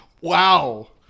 Wow